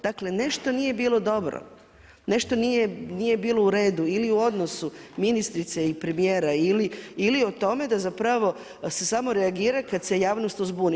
Dakle, nešto nije bilo dobro, nešto nije bilo u redu ili u odnosu ministrice i premijera, ili o tome da zapravo se samo reagira kad se javnost uzbuni.